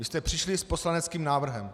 Vy jste přišli s poslaneckým návrhem.